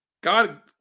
God